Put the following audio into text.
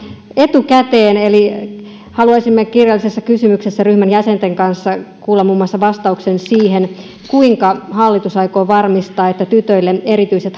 etukäteen eli haluaisimme kirjallisessa kysymyksessä ryhmän jäsenten kanssa kuulla vastauksen muun muassa siihen kuinka hallitus aikoo varmistaa että tyttöjen erityiset